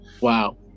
Wow